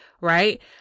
right